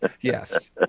Yes